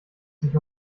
sich